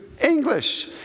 English